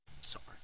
Sorry